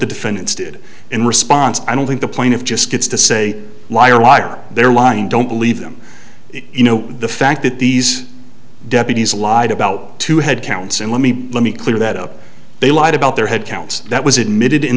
the defendants did in response i don't think the point of just gets to say liar liar they're lying don't believe them you know the fact that these deputies lied about to head counts and let me let me clear that up they lied about their head count that was admitted in